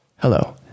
Hello